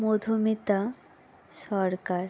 Madhumita Sarkar